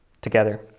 together